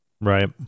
right